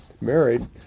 married